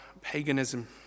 paganism